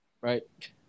Right